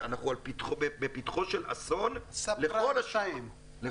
אנחנו בפתחו של אסון לכל השוק.